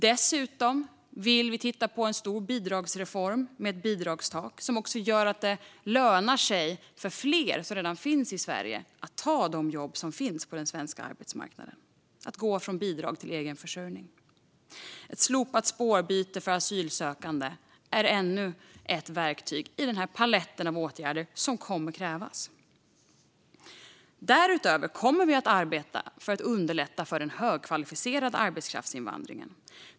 Dessutom vill vi titta på en stor bidragsreform med bidragstak som också gör att det lönar sig för fler som redan finns i Sverige att ta de jobb som finns på den svenska arbetsmarknaden och gå från bidrag till egen försörjning. Ett slopat spårbyte för asylsökande är ännu ett verktyg i den palett av åtgärder som kommer att krävas. Därutöver kommer vi att arbeta för att underlätta för den högkvalificerade arbetskraftsinvandringen.